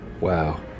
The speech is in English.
Wow